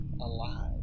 alive